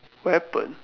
weapon